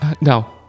No